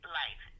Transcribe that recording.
life